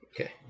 Okay